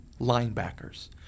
linebackers